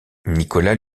nicolas